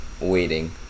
waiting